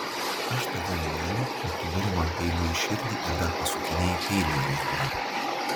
aš tave myliu o tu duri man peiliu į širdį ir dar pasukinėji peilį žaizdoje